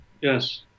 Yes